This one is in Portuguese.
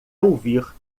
ouvir